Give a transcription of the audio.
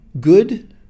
good